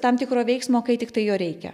tam tikro veiksmo kai tiktai jo reikia